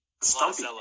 Stumpy